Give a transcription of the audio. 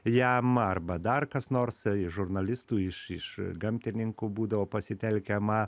jam arba dar kas nors iš žurnalistų jis iš iš gamtininkų būdavo pasitelkiama